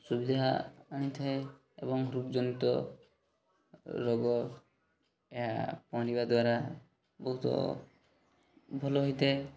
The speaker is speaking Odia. ସୁବିଧା ଆଣିଥାଏ ଏବଂ ହୃଦଜନିତ ରୋଗ ଏହା ପହଁରିବା ଦ୍ୱାରା ବହୁତ ଭଲ ହୋଇଥାଏ